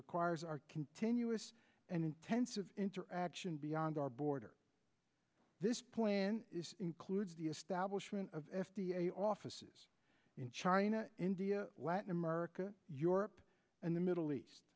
requires our continuous and intensive interaction beyond our border this plan includes the establishment of f d a offices in china india latin america europe and the middle east